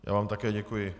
Já vám také děkuji.